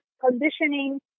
conditioning